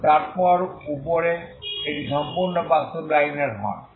এবং তারপর উপরে এটি সম্পূর্ণ বাস্তব লাইনের হয়